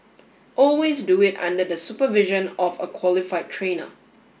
always do it under the supervision of a qualified trainer